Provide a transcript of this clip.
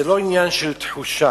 זה לא עניין של תחושה,